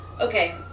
okay